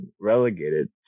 relegated